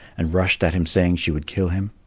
and rushed at him saying she would kill him.